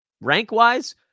rank-wise